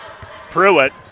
Pruitt